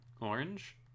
Orange